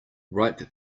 ripe